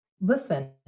listen